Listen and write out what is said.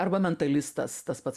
arba mentalistas tas pats